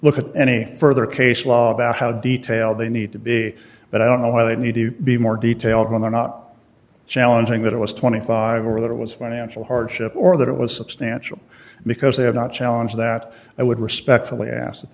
look at any further case law about how detailed they need to be but i don't know why they need to be more detailed when they're not challenging that it was twenty five or that it was financial hardship or that it was substantial because they have not challenge that i would respect